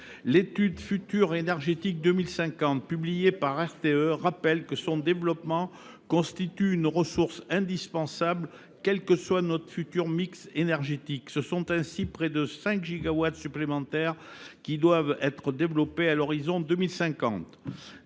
de transport d’électricité (RTE), rappelle que son développement constitue une ressource indispensable, quel que soit notre futur mix énergétique. Ce sont ainsi près de 5 gigawatts supplémentaires qui doivent être développés à l’horizon de 2050.